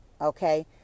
okay